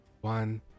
one